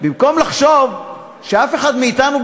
במקום לחשוב שאף אחד מאתנו,